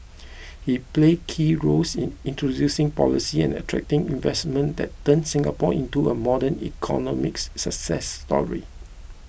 he played key roles in introducing policy and attracting investments that turned Singapore into a modern economic success story